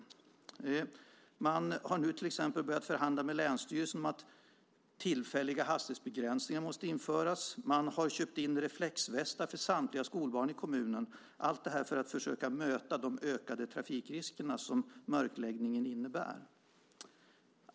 Kommunen har till exempel börjat förhandla med länsstyrelsen om att införa tillfälliga hastighetsbegränsningar och köpt in reflexvästar till samtliga skolbarn i kommunen - allt detta för att försöka möta de ökade trafikrisker som mörkläggningen innebär.